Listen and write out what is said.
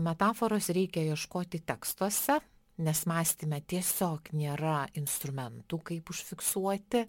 metaforos reikia ieškoti tekstuose nes mąstyme tiesiog nėra instrumentų kaip užfiksuoti